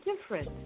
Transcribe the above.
different